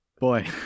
boy